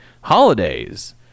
holidays